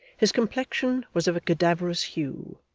his complexion was of a cadaverous hue,